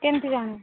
କେମିତି ଜାଣିବ